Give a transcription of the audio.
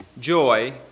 joy